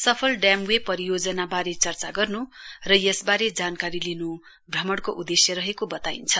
सफल डाम्बे पनबिज्ली परियोजनाबारे चर्चा गर्न् र यसबारे जानकारी लिन् भ्रमणको उद्देश्य रहेको बताइन्छ